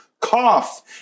cough